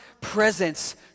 presence